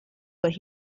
but